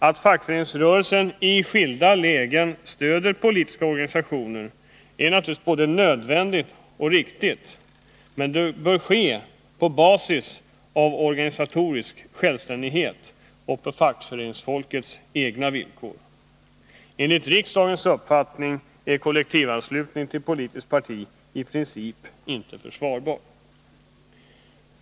Att fackföreningsrörelsen i skilda lägen stöder politiska organisationer är både nödvändigt och riktigt, men det bör ske på basis av organisatorisk självständighet och på fackföreningsfolkets egna villkor. Enligt riksdagens uppfattning är kollektivanslutning till politiskt parti i princip inte försvarbar.